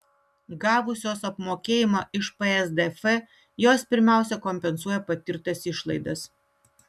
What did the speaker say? gavusios apmokėjimą iš psdf jos pirmiausia kompensuoja patirtas išlaidas